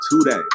today